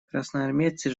красноармейцы